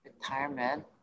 Retirement